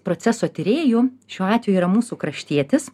proceso tyrėjų šiuo atveju yra mūsų kraštietis